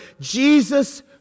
Jesus